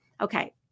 okay